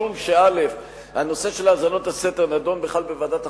משום שהנושא של האזנות הסתר נדון בכלל בוועדת החוקה,